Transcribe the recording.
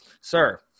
sir